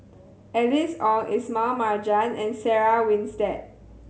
Alice Ong Ismail Marjan and Sarah Winstedt